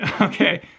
Okay